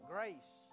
Grace